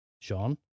John